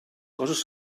coses